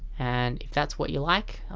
and if that's what you like,